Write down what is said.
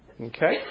Okay